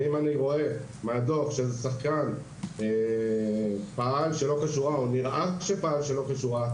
ואם אני רואה בדוח ששחקן פעל שלא כשורה או נראה שפעל שלא כשורה,